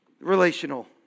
Relational